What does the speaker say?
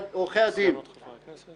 עורכי הדין -- (היו"ר מכלוף מיקי זוהר,